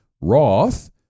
Roth